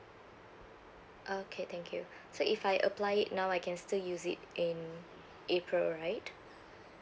okay thank you so if I apply it now I can still use it in april right